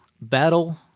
battle